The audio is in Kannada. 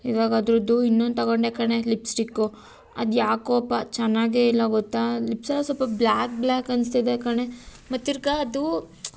ಇವಾಗ ಅದ್ರದ್ದು ಇನ್ನೊಂದು ತಗೊಂಡೆ ಕಣೇ ಲಿಪ್ಸ್ಟಿಕ್ಕು ಅದು ಯಾಕೋಪ್ಪ ಚೆನ್ನಾಗೇ ಇಲ್ಲ ಗೊತ್ತಾ ಲಿಪ್ಸೆಲ್ಲ ಸ್ವಲ್ಪ ಬ್ಲ್ಯಾಕ್ ಬ್ಲ್ಯಾಕ್ ಅನಿಸ್ತಿದೆ ಕಣೇ ಮತ್ತೆ ತಿರ್ಗಿ ಅದು